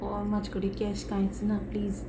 or म्हजे कडेन cash कांयच ना प्लीज